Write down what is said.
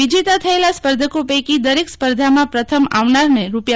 વિજેતા થયેલા સ્પર્ધકો પૈકી દરેક સ્પર્ધામાં પ્રથમ આવનારને રૂા